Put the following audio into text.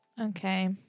Okay